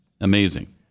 Amazing